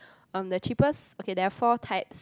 um the cheapest okay there are four types